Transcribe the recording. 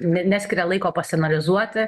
ne neskiria laiko pasianalizuoti